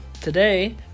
today